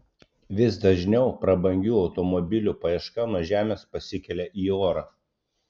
vis dažniau prabangių automobilių paieška nuo žemės pasikelia į orą